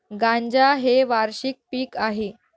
गांजा हे वार्षिक पीक आहे